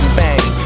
bang